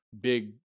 big